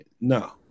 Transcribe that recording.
no